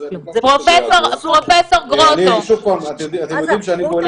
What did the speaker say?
פה אני מרגיש שנתנו לי עונש ואני לא יודע על מה.